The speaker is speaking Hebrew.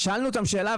שאלנו אותם שאלה,